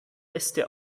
äste